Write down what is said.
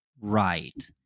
right